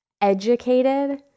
educated